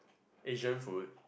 Asian food